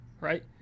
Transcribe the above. right